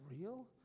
real